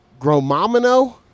Gromomino